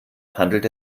handelt